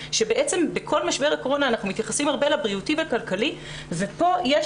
שבעצם בכל משבר הקורונה אנחנו מתייחסים הרבה לבריאותי ולכלכלה ופה יש